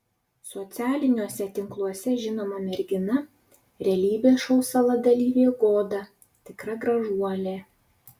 socialiniuose tinkluose žinoma mergina realybės šou sala dalyvė goda tikra gražuolė